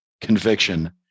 conviction